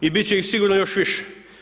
I biti će ih sigurno još i više.